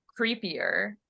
creepier